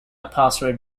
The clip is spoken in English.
password